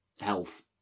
health